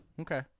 Okay